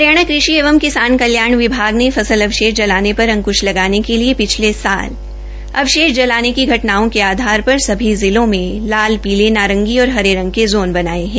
हरियाणा कृषि एवं किसान कल्याण विभाग ने फसल अवशेष जलाने पर अंकृश लगाने के लिए पिछले साल अवशेष जलाने की घटनाओं के आधार पर सभी जिलों में लाल पीले नारंगी और हरे रंग के जोन बनाए हैं